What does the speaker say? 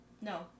No